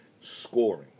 scoring